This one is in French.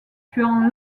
tuant